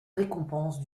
récompenses